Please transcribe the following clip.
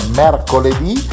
mercoledì